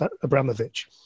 Abramovich